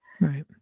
Right